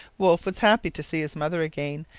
wolfe was happy to see his mother again,